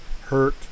hurt